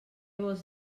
vols